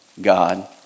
God